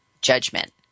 judgment